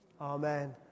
Amen